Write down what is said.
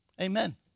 Amen